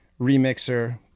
remixer